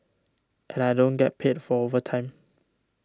and I don't get paid for overtime